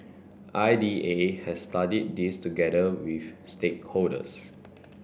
I D A has studied this together with stakeholders